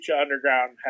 Underground